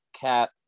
cat